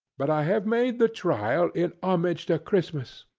but i have made the trial in homage to christmas,